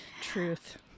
truth